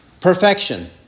perfection